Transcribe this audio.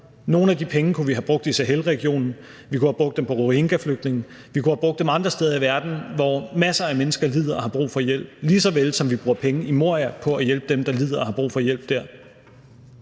Nogle af de penge kunne vi have brugt i Sahelregionen, vi kunne have brugt dem på rohingyaflygtninge, vi kunne have brugt dem andre steder i verden, hvor masser af mennesker lider og har brug for hjælp, ligesåvel som vi bruger penge i Moria på at hjælpe dem, der lider og har brug for hjælp der.